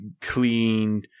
clean